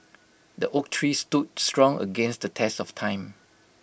the oak tree stood strong against the test of time